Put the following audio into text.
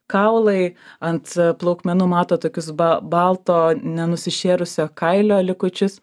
kaulai ant plaukmenų mato tokius ba balto nenusišėrusio kailio likučius